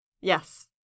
Yes